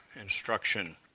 instruction